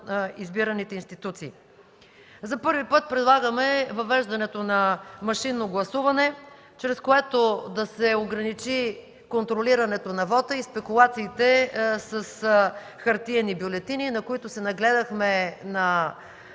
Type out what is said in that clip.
За първи път предлагаме въвеждането на машинно гласуване, чрез което да се ограничи контролирането на вота и спекулациите с хартиени бюлетини, на които се нагледахме на